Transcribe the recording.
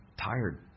tired